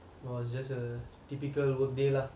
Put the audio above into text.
oh it's just a typical workday lah